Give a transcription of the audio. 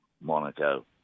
Monaco